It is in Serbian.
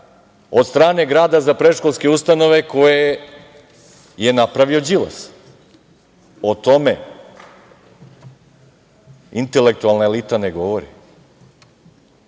od strane grada za predškolske ustanove koje je napravio Đilas. O tome intelektualna elita ne govori. Oni